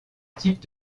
type